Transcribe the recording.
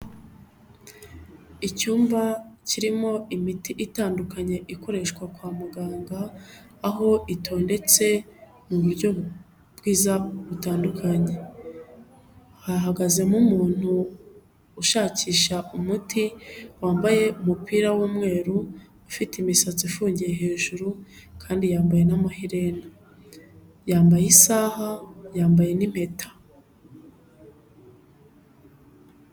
Icyumba kirimo imiti itandukanye ikoreshwa kwa muganga, aho itondetse mu buryo bwiza butandukanye, hahagazemo umuntu ushakisha umuti, wambaye umupira w'umweru ufite imisatsi ifungiye hejuru, kandi yambaye n'amaherera, yambaye isaha, yambaye n'impeta.